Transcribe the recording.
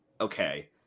okay